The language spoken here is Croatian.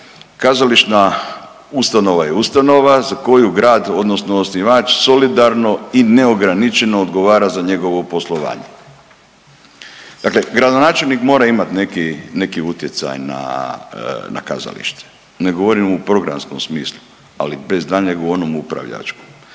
kazališna ustanova je ustanova za koju grad odnosno osnivač solidarno i neograničeno odgovara za njegovo poslovanje. Dakle gradonačelnik mora imati neki utjecaj na kazalište, ne govorim u programskom smislu, ali bez daljnjeg u onom upravljačkom.